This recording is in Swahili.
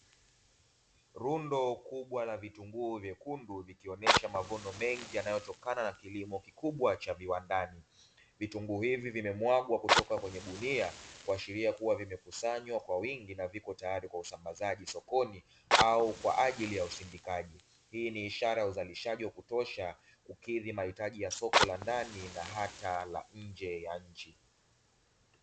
Rundo kubwa na vitunguu vyekundu vikionesha mavuno mengi yanayotokana na kilimo kikubwa cha viwandani, vitungu hivi vimemwagwa kutoka kwenye gunia kuashiria kuwa vimekusanywa kwa wingi na viko tayari kwa usambazaji sokoni au kwa ajili ya usindikaji, hii ni ishara ya uzalishaji wa kutosha kukidhi mahitaji ya soko la ndani la hata la nje ya nchi.